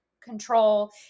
control